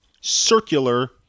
circular